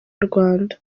rwanda